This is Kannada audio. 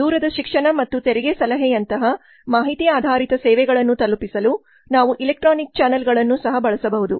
ದೂರದ ಶಿಕ್ಷಣ ಮತ್ತು ತೆರಿಗೆ ಸಲಹೆಯಂತಹ ಮಾಹಿತಿ ಆಧಾರಿತ ಸೇವೆಗಳನ್ನು ತಲುಪಿಸಲು ನಾವು ಎಲೆಕ್ಟ್ರಾನಿಕ್ ಚಾನೆಲ್ಗಳನ್ನು ಸಹ ಬಳಸಬಹುದು